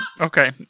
Okay